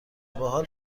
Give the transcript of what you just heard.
بحال